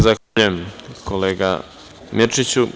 Zahvaljujem, kolega Mirčiću.